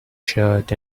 shirt